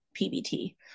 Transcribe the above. PBT